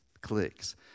clicks